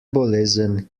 bolezen